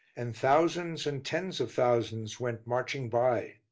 and thousands and tens of thousands went marching by.